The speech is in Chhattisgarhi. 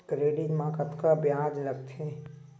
क्रेडिट मा कतका ब्याज लगथे?